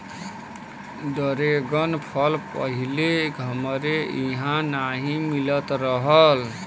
dragon फल पहिले हमरे इहाँ नाही मिलत रहल